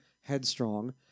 headstrong